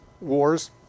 Wars